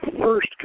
first